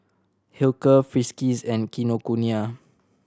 Hilker Friskies and Kinokuniya